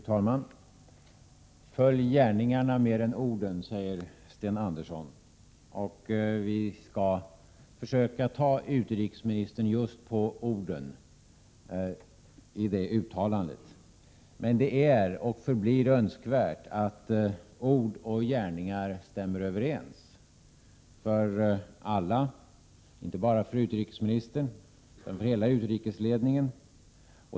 Fru talman! Följ gärningarna mer än orden, säger Sten Andersson. Vi skall försöka ta utrikesministern just på orden i det uttalandet. Men det är, och förblir, önskvärt att ord och gärningar stämmer överens. Det gäller för alla, inte bara för utrikesministern utan för hela utrikesledningen.